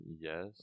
Yes